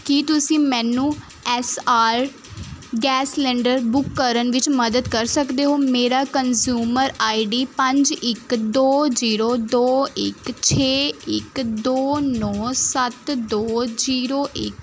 ਕੀ ਤੁਸੀਂ ਮੈਨੂੰ S R gas cylinder book ਕਰਨ ਵਿੱਚ ਮਦਦ ਕਰ ਸਕਦੇ ਹੋ ਮੇਰਾ ਕਨਜਿਉਮਰ ਆਈਡੀ ਪੰਜ ਇੱਕ ਦੋ ਜ਼ੀਰੋ ਦੋ ਇੱਕ ਛੇ ਇੱਕ ਦੋ ਨੌਂ ਸੱਤ ਦੋ ਜ਼ੀਰੋ ਇੱਕ